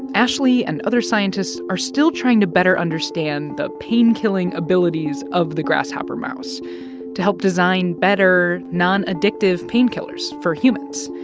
ashlee and other scientists are still trying to better understand the painkilling abilities of the grasshopper mouse to help design better, non-addictive painkillers for humans.